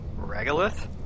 Regolith